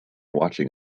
watching